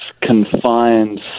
confined